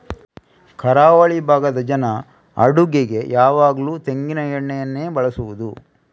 ಕರಾವಳಿ ಭಾಗದ ಜನ ಅಡಿಗೆಗೆ ಯಾವಾಗ್ಲೂ ತೆಂಗಿನ ಎಣ್ಣೆಯನ್ನೇ ಬಳಸುದು